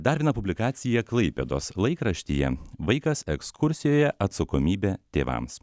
dar vieną publikaciją klaipėdos laikraštyje vaikas ekskursijoje atsakomybė tėvams